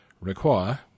require